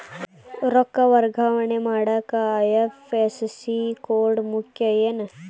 ರೊಕ್ಕ ವರ್ಗಾವಣೆ ಮಾಡಾಕ ಐ.ಎಫ್.ಎಸ್.ಸಿ ಕೋಡ್ ಮುಖ್ಯ ಏನ್